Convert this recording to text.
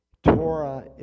Torah